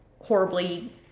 horribly